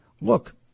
Look